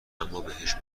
امابهش